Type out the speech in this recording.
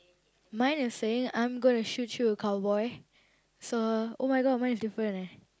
mine is saying I'm gonna shoot you cowboy so !oh-my-God! mine is different eh